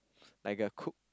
like a cook